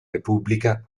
repubblica